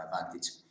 advantage